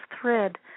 thread